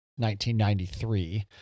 1993